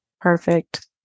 Perfect